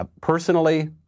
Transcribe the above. personally